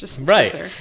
Right